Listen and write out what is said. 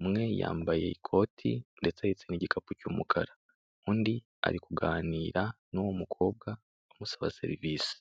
umwe yambaye ikoti ndetse ahetse n'igikapu cy'umukara, undi ari kuganira n'uwo mukobwa amusaba serivise.